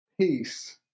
peace